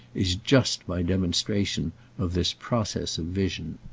is just my demonstration of this process of vision.